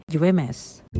UMS